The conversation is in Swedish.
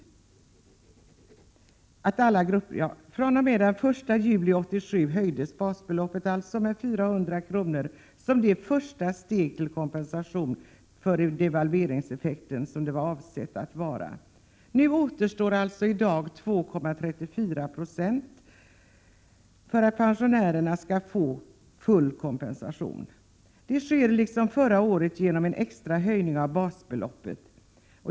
fr.o.m. den 1 juli 1987 höjdes basbeloppet med 400 kr. som ett första steg till kompensation för devalveringseffekten. Nu återstår alltså 2,34 70 för att pensionärerna skall få full kompensation. Det sker liksom förra året genom en extra höjning av basbeloppet.